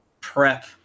prep